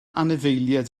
anifeiliaid